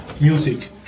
music